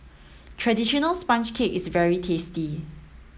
traditional sponge cake is very tasty